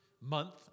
month